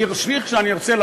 אני אמשיך כשארצה,